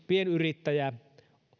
pienyrittäjä